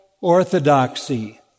orthodoxy